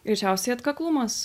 greičiausiai atkaklumas